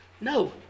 No